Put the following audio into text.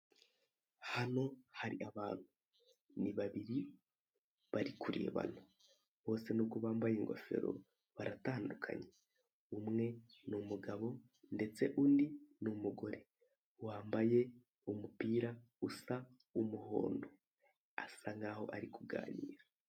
Hano hari abantu. Ni babiri, bari kurebana. Bose nubwo bambaye ingofero, baratandukanye. Umwe ni umugabo, ndetse undi ni umugore. Wambaye umupira usa umuhondo. Asa nk'aho ari kuganira.